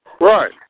Right